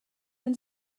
then